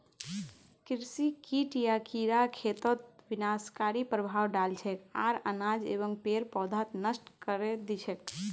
कृषि कीट या कीड़ा खेतत विनाशकारी प्रभाव डाल छेक आर अनाज एवं पेड़ पौधाक नष्ट करे दी छेक